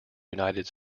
united